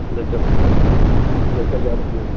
لے کر لے کر جانے دیں